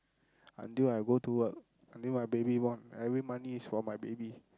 until I go work until my baby born every money is for my baby